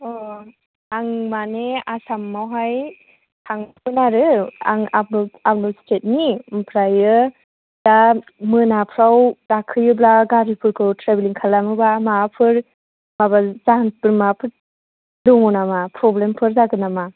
अ आं माने आसामावहाय थांगोन आरो आं आलादा स्टेटनि ओमफ्रायो दा मोनाफोराव गाखोयोब्ला गारिफोरखौ ट्रेभेलिं खालामोब्ला माबाफोर माबा जाहोनफोर माबाफोर दङ नामा प्रब्लेमफोर जागोन नामा